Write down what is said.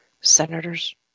Senators